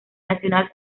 nacional